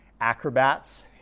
acrobats